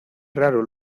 raro